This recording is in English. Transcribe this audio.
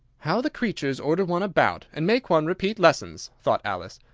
how the creatures order one about, and make one repeat lessons! thought alice.